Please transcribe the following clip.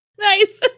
Nice